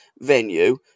venue